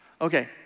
Okay